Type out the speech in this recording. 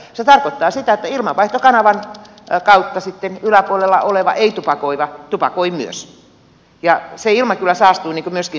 se tarkoittaa sitä että ilmanvaihtokanavan kautta sitten yläpuolella oleva ei tupakoiva tupakoi myös ja se ilma kyllä saastuu myöskin sitä kautta